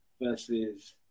versus